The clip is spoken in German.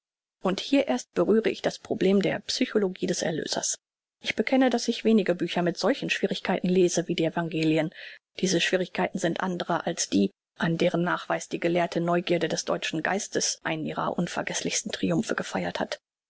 und hier erst berühre ich das problem der psychologie des erlösers ich bekenne daß ich wenige bücher mit solchen schwierigkeiten lese wie die evangelien diese schwierigkeiten sind andre als die an deren nachweis die gelehrte neugierde des deutschen geistes einen ihrer unvergeßlichsten triumphe gefeiert hat